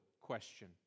question